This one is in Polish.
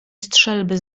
strzelby